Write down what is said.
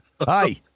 hi